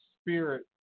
spirit